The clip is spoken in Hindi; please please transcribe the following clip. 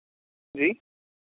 जी